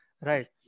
right